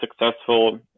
successful